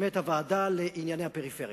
הוועדה לענייני הפריפריה.